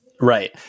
Right